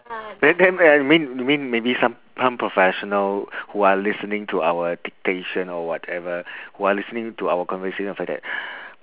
then then I mean you mean maybe some some professional who are listening to our dictation or whatever who are listening to our conversation after that